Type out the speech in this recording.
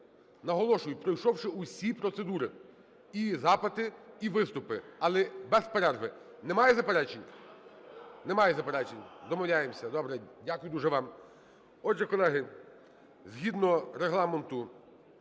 Наголошую, пройшовши усі процедури: і запити, і виступи, але без перерви. Немає заперечень? Немає заперечень.